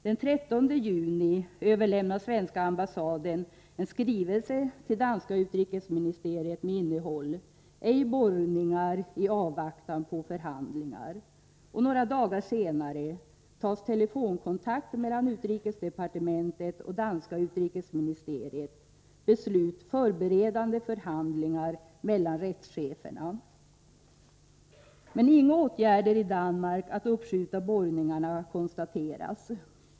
Den 13 juni överlämnar svenska ambassaden en skrivelse till danska utrikesministeriet med innehåll: Ej borrningar i avvaktan på förhandlingar. Några dagar senare tas telefonkontakt mellan utrikesdepartementet och danska utrikesministeriet. Beslut: Förberedande förhandlingar mellan rättscheferna. Men inga åtgärder för att uppskjuta borrningarna konstateras i Danmark.